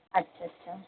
اچھا اچھا